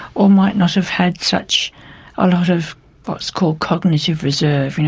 or might not have had such a lot of what's called cognitive reserve, you know